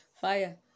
Fire